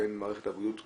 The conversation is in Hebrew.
בין מערכת הבריאות כולה,